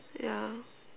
yeah